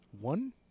One